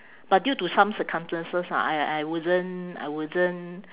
but due to some circumstances ah I I wasn't I wasn't